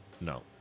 No